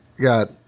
got